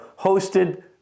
hosted